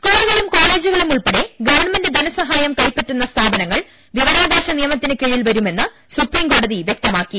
സ്കൂളുകളും കോളേജുകളും ഉൾപ്പെടെ ഗവൺമെന്റ് ധന സഹായം കൈപ്പറ്റുന്ന സ്ഥാപനങ്ങൾ വിവരാവകാശ നിയമത്തിന് കീഴിൽ വരുമെന്ന് സുപ്രീംകോടതി വ്യക്തമാക്കി